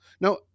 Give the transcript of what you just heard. Now